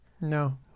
no